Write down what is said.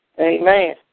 Amen